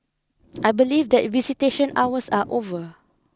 I believe that visitation hours are over